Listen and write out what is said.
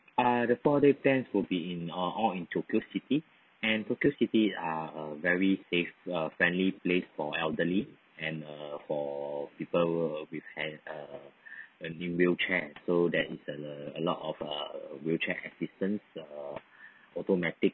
ah the four day plan will be in uh all in tokyo city and tokyo city are a very safe a friendly place for elderly and uh for people will uh in wheelchair so that is a lot of uh wheelchair assistance or automatic